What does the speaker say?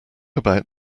about